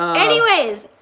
anyways.